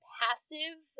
passive